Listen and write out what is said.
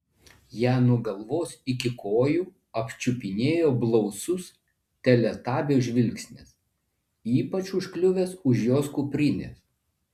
ją nuo galvos iki kojų apčiupinėjo blausus teletabio žvilgsnis ypač užkliuvęs už jos kuprinės